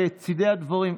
בצידי הדברים,